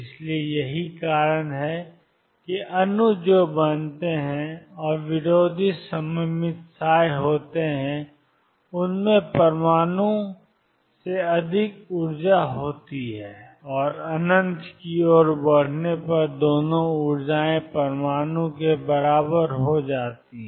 इसलिए यही कारण है कि अणु जो बनते हैं और विरोधी सममित होते हैं उनमें परमाणु से अधिक ऊर्जा होती है और अनंत की ओर बढ़ने पर दोनों ऊर्जाएं परमाणु के बराबर हो जाती हैं